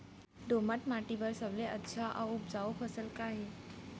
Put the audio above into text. दोमट माटी बर सबले अच्छा अऊ उपजाऊ फसल का हे?